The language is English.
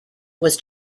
was